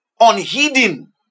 Unheeding